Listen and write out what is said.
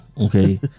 Okay